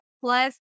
plus